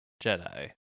Jedi